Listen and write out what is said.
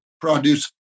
produce